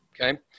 Okay